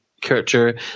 character